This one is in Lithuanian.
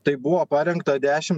tai buvo parengta dešim